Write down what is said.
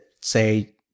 say